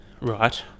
right